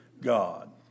God